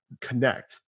connect